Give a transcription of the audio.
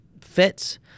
fits